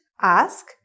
ask